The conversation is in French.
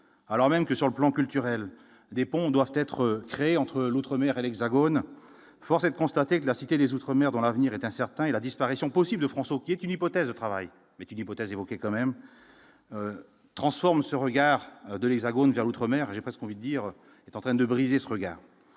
alors même que sur le plan culturel des ponts doivent être créés entre l'outre-mer et l'Hexagone, force est de constater que la Cité des outre-mer dans l'avenir est incertain et la disparition possible de France, qui est une hypothèse de travail est une hypothèse évoquée quand même transforme ce regard de l'Hexagone vers l'outre-mer, j'ai parce qu'on va dire, est en train de briser ce regard,